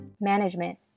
Management